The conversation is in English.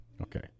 Okay